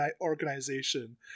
organization